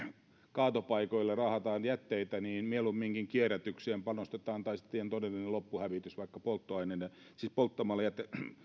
kaatopaikoille raahaamme jätteitä mieluumminkin kierrätykseen panostetaan tai sitten tehdään ihan todellinen loppuhävitys vaikka polttamalla